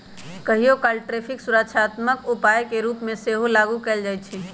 कहियोकाल टैरिफ सुरक्षात्मक उपाय के रूप में सेहो लागू कएल जाइ छइ